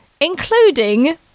including